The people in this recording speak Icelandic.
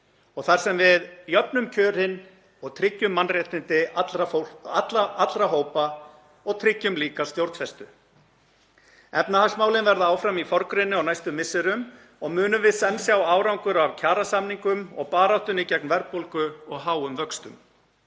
og þar sem við jöfnum kjörin og tryggjum mannréttindi allra hópa og tryggjum líka stjórnfestu. Efnahagsmálin verða áfram í forgrunni. Á næstu misserum munum við senn sjá árangur af kjarasamningum og baráttunni gegn verðbólgu og háum vöxtum.